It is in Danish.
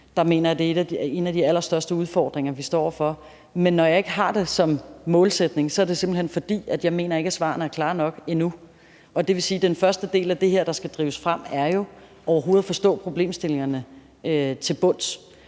mener jeg, at det er en af de allerstørste udfordringer, vi står over for. Men når jeg ikke har det som målsætning, er det simpelt hen, fordi jeg ikke mener, at svarene er klare nok endnu. Det vil sige, at den første del af det her, der skal drives frem, er overhovedet at forstå problemstillingerne til bunds.